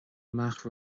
amach